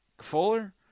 Fuller